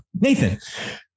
Nathan